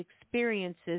experiences